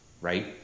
right